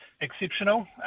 exceptional